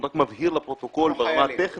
אני רק מבהיר לפרוטוקול: ברמה הטכנית,